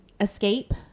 escape